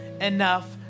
enough